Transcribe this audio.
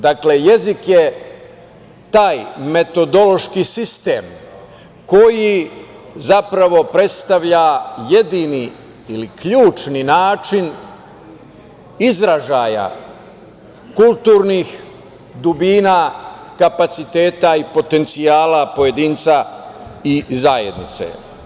Dakle, jezik je taj metodološki sistem koji zapravo predstavlja jedini ili ključni način izražaja kulturnih dubina, kapaciteta i potencijala pojedinca i zajednice.